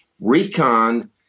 Recon